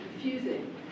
confusing